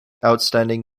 outstanding